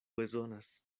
bezonas